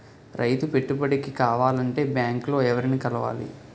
రైతు పెట్టుబడికి కావాలంటే బ్యాంక్ లో ఎవరిని కలవాలి?